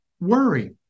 worry